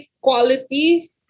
quality